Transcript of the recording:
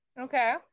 Okay